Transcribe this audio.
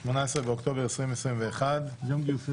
18 באוקטובר 2021. יום גיוסי